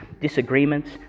disagreements